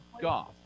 golf